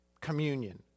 communion